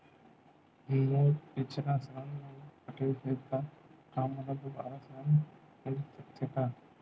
मोर पिछला ऋण नइ पटे हे त का मोला दुबारा ऋण मिल सकथे का?